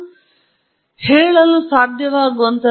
ಅಂದಾಜುಗಿಂತ ಕಡಿಮೆ ವ್ಯತ್ಯಾಸವೆಂದರೆ ಅಂದಾಜುದಾರರು ಹೆಚ್ಚು ನಿಖರವಾದರು